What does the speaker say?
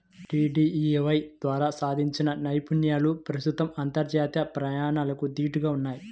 DDUAY ద్వారా సాధించిన నైపుణ్యాలు ప్రస్తుతం అంతర్జాతీయ ప్రమాణాలకు దీటుగా ఉన్నయ్